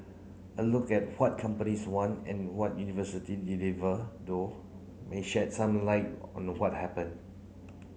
a look at what companies want and what university deliver though may shed some light on what happened